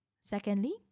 Secondly